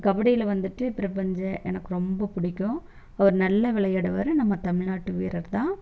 கபடியில வந்துட்டு பிரபஞ்ச எனக்கு ரொம்ப பிடிக்கும் அவர் நல்ல விளையாடுவார் நம்ம தமிழ்நாட்டு வீரர் தான்